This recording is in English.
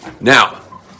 now